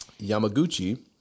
Yamaguchi